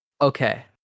Okay